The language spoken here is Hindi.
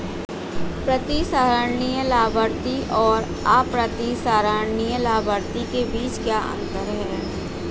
प्रतिसंहरणीय लाभार्थी और अप्रतिसंहरणीय लाभार्थी के बीच क्या अंतर है?